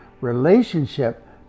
relationship